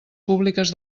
públiques